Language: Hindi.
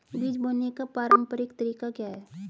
बीज बोने का पारंपरिक तरीका क्या है?